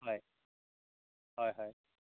হয় হয় হয়